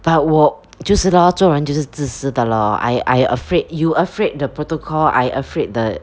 but 我就是 lor 做人就是自私的 lor I I afraid you afraid the protocol I afraid the